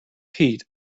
peat